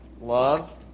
love